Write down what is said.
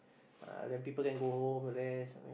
ah then people can go home rest